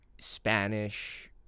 Spanish